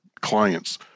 clients